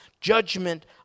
judgment